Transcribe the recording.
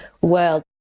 world